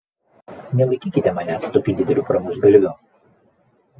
nelaikykite manęs tokiu dideliu pramuštgalviu